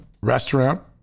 restaurant